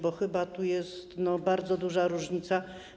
Bo chyba to jest bardzo duża różnica.